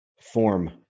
form